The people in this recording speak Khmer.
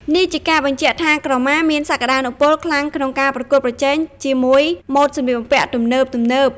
នេះជាការបញ្ជាក់ថា ក្រមាមានសក្តានុពលខ្លាំងក្នុងការប្រកួតប្រជែងជាមួយម៉ូដសម្លៀកបំពាក់ទំនើបៗ។